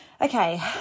Okay